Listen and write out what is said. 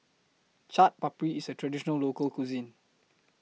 Chaat Papri IS A Traditional Local Cuisine